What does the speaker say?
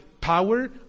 power